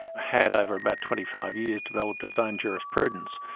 had over about twenty five years, developed its own jurisprudcence.